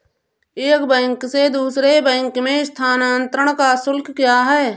एक बैंक से दूसरे बैंक में स्थानांतरण का शुल्क क्या है?